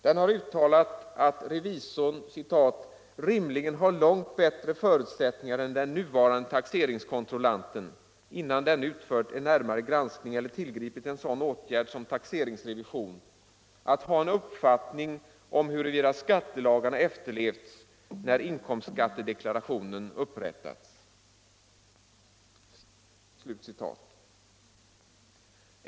Den har uttalat att revisorn ”rimligen har långt bättre förutsättningar än den nuvarande taxeringskontrollanten, innan denne utfört en närmare granskning eller tillgripit en sådan åtgärd som en taxeringsrevision, att ha en uppfattning om huruvida skattelagarna efterlevs när inkomstskattedeklarationen upprättats”.